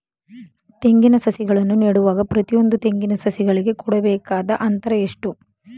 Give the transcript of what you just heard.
ತೆಂಗಿನ ಸಸಿಗಳನ್ನು ನೆಡುವಾಗ ಪ್ರತಿಯೊಂದು ತೆಂಗಿನ ಸಸಿಗಳಿಗೆ ಕೊಡಬೇಕಾದ ಅಂತರ ಎಷ್ಟು?